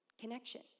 connection